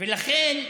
ולכן,